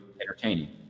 entertaining